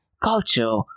culture